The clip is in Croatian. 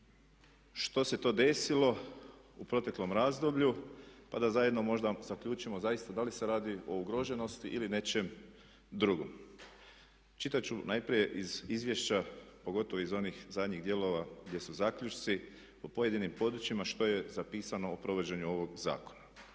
što se to desilo u proteklom razdoblju pa da zajedno možda zaključimo zaista da li se radi o ugroženosti ili nečem drugom. Čitat ću najprije iz izvješća, pogotovo iz onih zadnjih dijelova gdje su zaključci, o pojedinim područjima što je zapisano o provođenju ovog zakona.